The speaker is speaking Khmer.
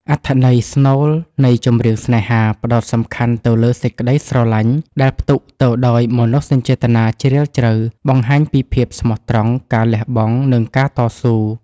អត្ថន័យស្នូលនៃ ចម្រៀងស្នេហា ផ្ដោតសំខាន់ទៅលើសេចក្ដីស្រឡាញ់ដែលផ្ទុកទៅដោយមនោសញ្ចេតនាជ្រាលជ្រៅ បង្ហាញពីភាពស្មោះត្រង់ ការលះបង់ និងការតស៊ូ